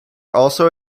also